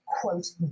quote